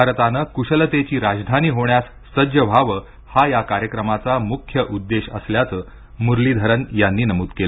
भारतानं कुशलतेची राजधानी होण्यास सज्ज व्हावं हा या कार्यक्रमाचा मुख्य उद्देश असल्याचं मुरलीधरन यांनी नमूद केलं